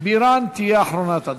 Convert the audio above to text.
בירן תהיה אחרונת הדוברים.